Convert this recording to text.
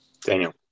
Daniel